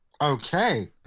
okay